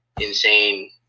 insane